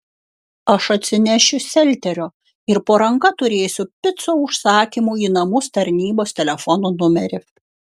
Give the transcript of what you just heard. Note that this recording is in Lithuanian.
aš atsinešiu selterio ir po ranka turėsiu picų užsakymų į namus tarnybos telefono numerį